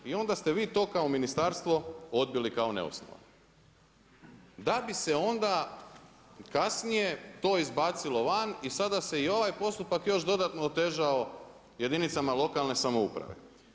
I onda ste vi to kao ministarstvo odbili kao neosnovano da bi se onda kasnije to izbacilo van i sada se i ovaj postupak još dodatno otežao jedinicama lokalne samouprave.